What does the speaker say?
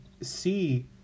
see